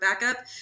backup